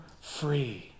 free